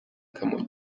kamonyi